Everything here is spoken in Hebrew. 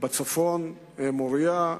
"מוריה"